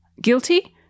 Guilty